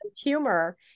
humor